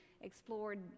explored